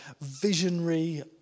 visionary